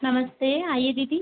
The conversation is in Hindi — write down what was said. नमस्ते आइए दीदी